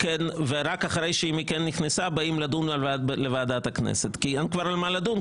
ורק אחרי שהיא נכנסה באים לדון בוועדת הכנסת כי אין כבר על מה לדון,